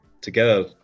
together